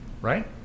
right